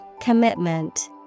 Commitment